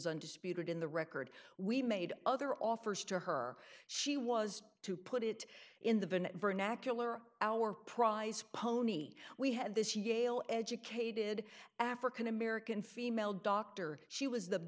undisputed in the record we made other offers to her she was to put it in the vernacular our prize pony we had this yale educated african american female doctor she was the